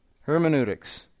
Hermeneutics